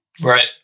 Right